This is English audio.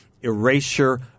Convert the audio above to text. erasure